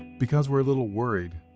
because we're a little worried,